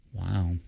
Wow